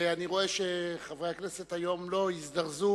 אני רואה שחברי הכנסת היום לא הזדרזו.